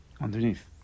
Underneath